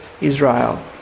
Israel